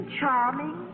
charming